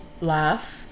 laugh